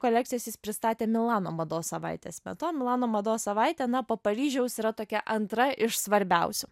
kolekcijas jis pristatė milano mados savaitės metu o milano mados savaitė na po paryžiaus yra tokia antra iš svarbiausių